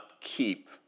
keep